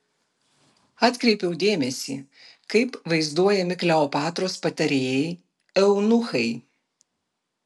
atkreipiau dėmesį kaip vaizduojami kleopatros patarėjai eunuchai